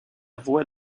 voie